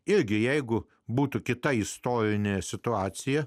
irgi jeigu būtų kita istorinė situacija